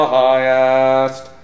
highest